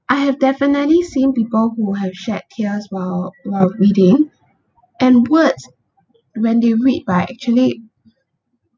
I have definitely seen people who have shed tears while while reading and words when they read but actually